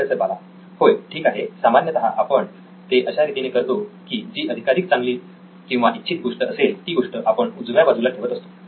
professor Bala होय ठीक आहे सामान्यतः आपण ते अशा रीतीने करतो की जी अधिकाधिक चांगली किंवा इच्छित गोष्ट असेल ती गोष्ट आपण उजव्या बाजूला ठेवत असतो